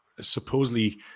supposedly